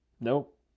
Nope